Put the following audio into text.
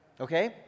Okay